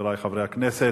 חברי חברי הכנסת,